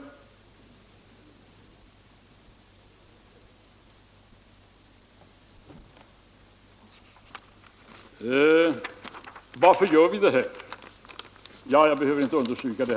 Varför gör vi det här? Jag behöver, herr talman, inte understryka det.